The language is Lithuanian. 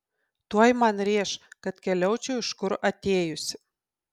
tuoj man rėš kad keliaučiau iš kur atėjusi